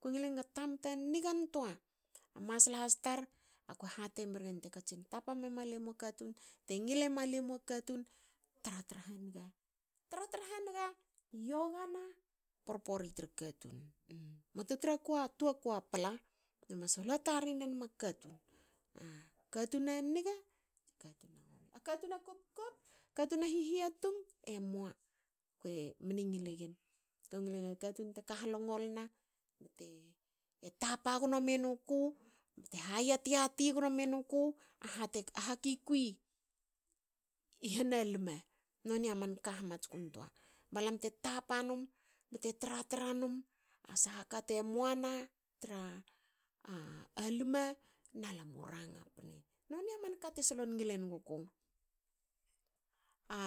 Ko ngil enga tamta a nigantoa. A masla has tar. ko hati mriyen. te katsin tapa mema lua katun. tra tra haniga. Tra tra haniga yagana. porpori tra katun. muatu tra ku a toaku a pla. Lue mas hula tarin enum a katun aniga tsa katun a omi. a katun a kopkop. katun a hihiatung emua ako mne ngil egen. Katun te ka halongol na bte tapa gno menuku bte ha yat- yati gno meruku. a hate. a hati kui hana lima. nonia ka hamatskun toa. balam te tapa num bte tra- tra num a saha kate moana tra lima. na lam u ranga pne. Noni a manka te solon ngil enguku. A